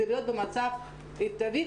כדי להיות במצב מיטבי,